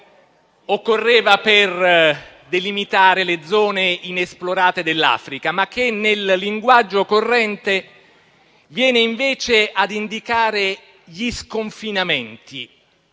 occorreva per delimitare le zone inesplorate dell'Africa, ma che nel linguaggio corrente viene invece ad indicare gli sconfinamenti.